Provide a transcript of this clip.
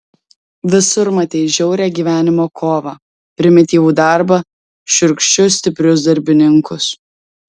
visur matei žiaurią gyvenimo kovą primityvų darbą šiurkščius stiprius darbininkus